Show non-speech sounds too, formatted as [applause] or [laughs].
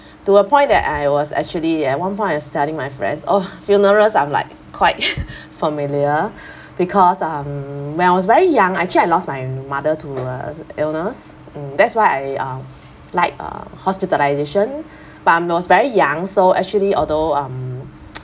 to a point that I was actually at one point I was telling my friends oh funerals I'm like [laughs] quite familiar [breath] because um when I was very young actually I lost my mother to a illness mm that's why I uh like uh hospitalisation [breath] but um I was very young so actually although um [noise]